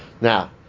Now